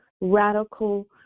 radical